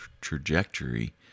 trajectory